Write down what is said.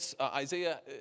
Isaiah